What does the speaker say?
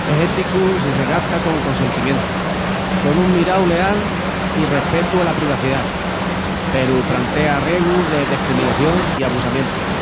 Es éticu si se gasta con consentimientu, con un mirau leal i respetu ala privaciá, peru prantea arriegus de descriminación i abusamientus.